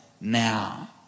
now